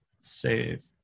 save